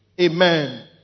Amen